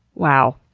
wow,